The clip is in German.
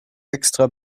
extra